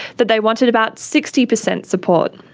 that they wanted about sixty percent support.